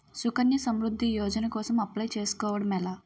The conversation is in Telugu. సుకన్య సమృద్ధి యోజన కోసం అప్లయ్ చేసుకోవడం ఎలా?